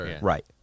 right